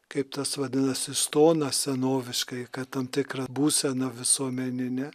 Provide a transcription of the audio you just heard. kaip tas vadinamasis stonas senoviškai kad tam tikrą būseną visuomeninę